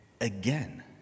again